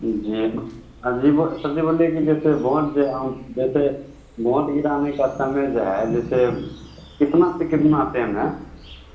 जी हाँ जी वो सर जी बोले कि जैसे वोट जो है हम जैसे वोट गिराने का समय जो है जैसे कितना से कितना टाइम है